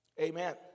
Amen